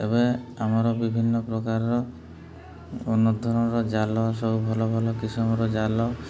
ଏବେ ଆମର ବିଭିନ୍ନ ପ୍ରକାରର ଜାଲ ସବୁ ଭଲ ଭଲ କିସମର ଜାଲ